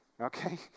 okay